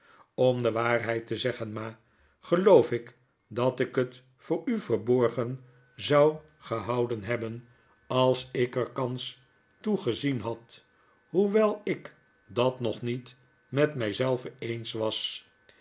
om de waarheid te zeggen ma geloof ik dat ik het voor u verborgen zou gehouden hebben als ik er kans toe gezien had hoewel ik dat nog niet met mij zelven eens was